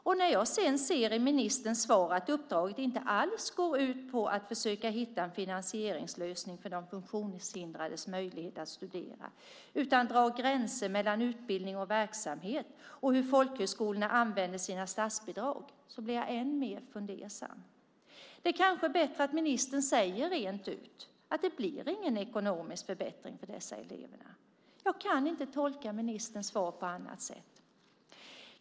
Och när jag sedan ser i ministerns svar att uppdraget inte alls går ut på att försöka hitta en finansieringslösning för funktionshindrades möjlighet att studera utan att dra gränser mellan utbildning och verksamhet och hur folkhögskolorna använder sina statsbidrag blir jag än mer fundersam. Det kanske är bättre att ministern säger rent ut att det inte blir någon ekonomisk förbättring för dessa elever. Jag kan inte tolka ministerns svar på annat sätt.